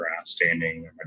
outstanding